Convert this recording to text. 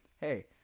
hey